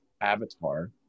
avatar